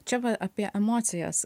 čia va apie emocijas